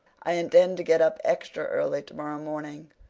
i intend to get up extra early tomorrow morning,